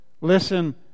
Listen